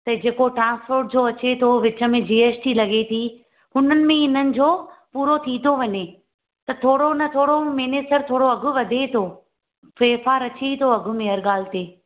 त जेको ट्रांस्पोर्ट जो अचे थो विच में जी एस टी लॻे थी हुननि में हिननि जो पूरो थी थो वञे त थोरो न थोरो महिने सां थोरो अघु वधे थो फेरफारु अची थो अघु में हर ॻाल्हि ते